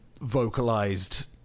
vocalized